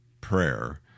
prayer